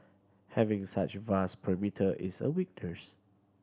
having such a vast perimeter is a weakness